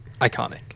iconic